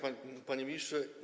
Panie Ministrze!